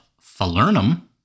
Falernum